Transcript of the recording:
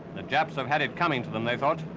the japs have had it coming to them, they thought.